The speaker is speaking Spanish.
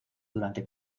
durante